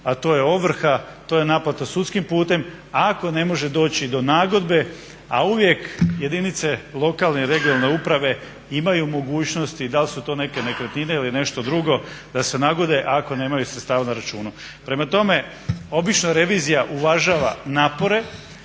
a to je ovrha, to je naplata sudskim putem. A ako ne može doći do nagodbe, a uvijek jedinice lokalne i regionalne uprave imaju mogućnost, da li su to neke nekretnine ili nešto drugo da se nagode ako nemaju sredstava na računu. Prema tome, obično revizija uvažava napore